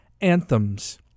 anthems